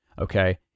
okay